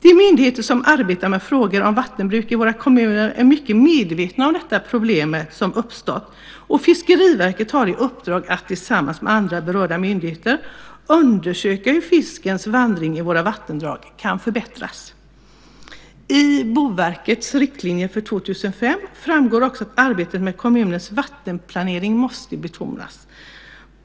De myndigheter som arbetar med frågor om vattenbruk i våra kommuner är mycket medvetna om det problem som uppstått, och Fiskeriverket har i uppdrag att tillsammans med andra berörda myndigheter undersöka hur fiskens vandringar i våra vattendrag kan förbättras. Av Boverkets riktlinjer för 2005 framgår att arbetet med kommunernas vattenplanering måste betonas.